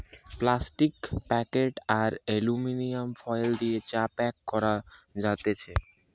plastic packet আর aluminium foil দিয়ে চা প্যাক করা যাতেছে